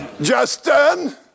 Justin